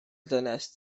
ddynes